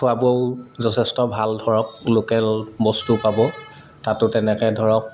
খোৱাবও যথেষ্ট ভাল ধৰক লোকেল বস্তু পাব তাতো তেনেকৈ ধৰক